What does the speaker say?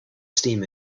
steam